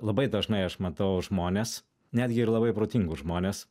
labai dažnai aš matau žmones netgi ir labai protingus žmones